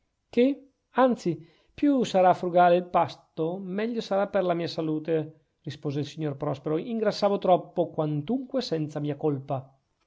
che anzi più sarà frugale il pasto meglio sarà per la mia salute rispose il signor prospero ingrassavo troppo quantunque senza mia colpa